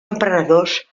emprenedors